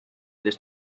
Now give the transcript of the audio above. this